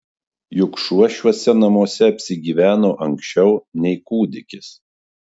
juk šuo šiuose namuose apsigyveno anksčiau nei kūdikis